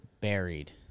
Buried